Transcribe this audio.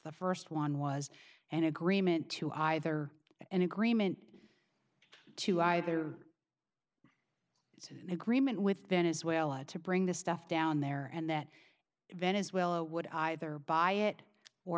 the first one was an agreement to either an agreement to either agreement with venezuela to bring the stuff down there and that venezuela would either buy it or